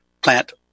plant